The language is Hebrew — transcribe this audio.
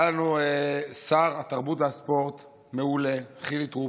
היה לנו שר תרבות וספורט מעולה, חילי טרופר,